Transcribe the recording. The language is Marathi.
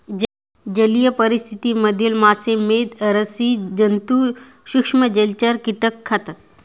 जलीय परिस्थिति मधील मासे, मेध, स्सि जन्तु, सूक्ष्म जलचर, कीटक खातात